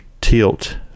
tilt